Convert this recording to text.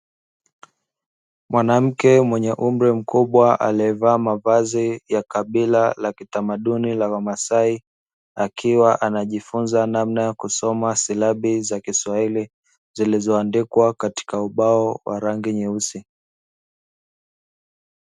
Mwanamke mwenye umri mkubwa alievaa mavazi ya kabila la kitamaduni la wamasai akiwa anajifunza namna ya kusoma silabi za kiswahili zilizoandikwa katika ubao wa rangi nyeusi.